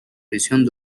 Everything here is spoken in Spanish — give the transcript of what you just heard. prisión